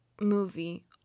movie